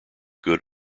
good